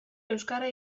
euskara